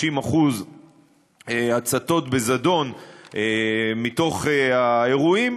50% הצתות בזדון מתוך האירועים,